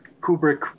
Kubrick